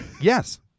Yes